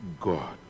God